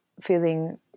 feeling